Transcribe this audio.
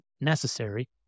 necessary